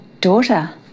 daughter